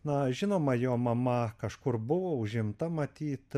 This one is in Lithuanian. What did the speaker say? na žinoma jo mama kažkur buvo užimta matyt